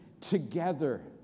together